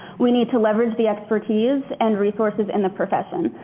we need to leverage the expertise and resources in the profession.